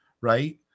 right